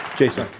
jason.